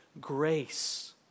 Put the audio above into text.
grace